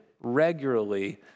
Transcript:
regularly